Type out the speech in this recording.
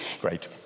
Great